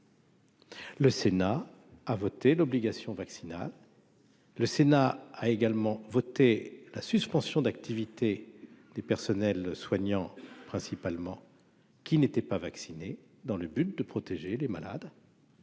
Le Sénat a voté l'obligation vaccinale. Le Sénat a également voté la suspension d'activité des personnels soignants principalement qui n'étaient pas vaccinées dans le but de protéger les malades.